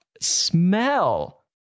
Smell